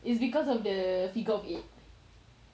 is because of the figure of eight